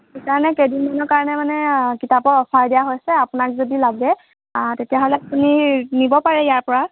সেইকাৰণে কেইদিনমানৰ কাৰণে মানে কিতাপৰ অফাৰ দিয়া হৈছে আপোনাক যদি লাগে তেতিয়াহ'লে আপুনি নিব পাৰে ইয়াৰপৰা